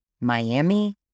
Miami